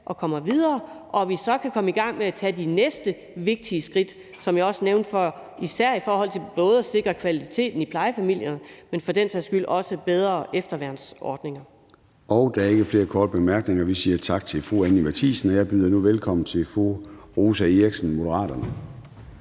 og kommer videre, så vi kan komme i gang med at tage de næste vigtige skridt, som jeg også nævnte, især i forhold til at sikre kvaliteten i plejefamilierne, men for den sags skyld også i forhold til bedre efterværnsordninger. Kl. 22:29 Formanden (Søren Gade): Der ikke flere korte bemærkninger, så vi siger tak til fru Anni Matthiesen. Og jeg byder nu velkommen til fru Rosa Eriksen, Moderaterne.